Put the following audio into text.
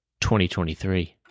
2023